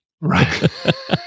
Right